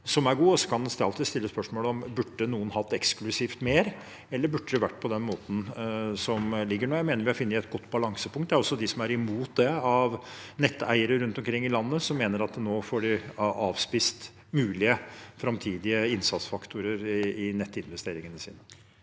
som er god. Det kan alltids stilles spørsmål ved om noen burde hatt eksklusivt mer, eller om det burde vært på den måten som det er nå. Jeg mener vi har funnet et godt balansepunkt. Det er også de som er imot det av netteiere rundt omkring i landet, som mener at nå får de avspist mulige framtidige innsatsfaktorer i nettinvesteringene sine.